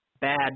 bad